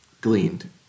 gleaned